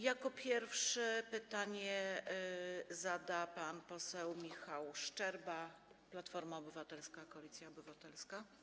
Jako pierwszy pytanie zada pan poseł Michał Szczerba, Platforma Obywatelska - Koalicja Obywatelska.